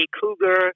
Cougar